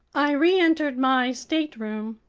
i reentered my stateroom.